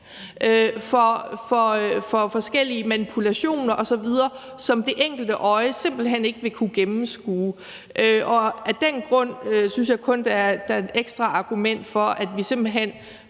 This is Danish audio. og forskellige manipulationer osv., som det enkelte øje simpelt hen ikke vil kunne gennemskue. Af den grund synes jeg kun, at der er et ekstra argument for, at vi simpelt hen